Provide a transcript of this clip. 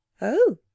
Oh